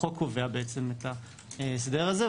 החוק קובע את ההסדר הזה.